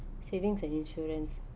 savings and insurance